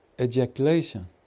ejaculation